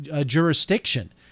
jurisdiction